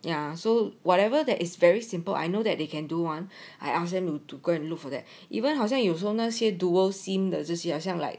ya so whatever that is very simple I know that they can do [one] I ask them to go and look for that even 好像有时候那些 dual SIM 的这些好像 like